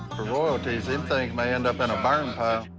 royalties, them things may end up in a burn pile.